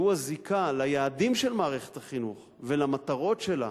שהוא הזיקה ליעדים של מערכת החינוך ולמטרות שלה,